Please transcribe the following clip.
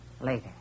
Later